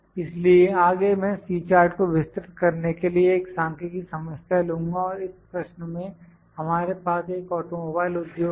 इसलिए आगे मैं C चार्ट को विस्तृत करने के लिए एक सांख्यिकी समस्या लूँगा और इस प्रश्न में हमारे पास एक ऑटोमोबाइल उद्योग है